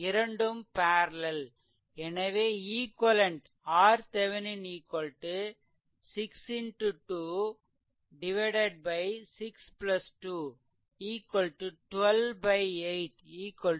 எனவே equivalent RThevenin 6 2 12 8 32 இதுவும் 2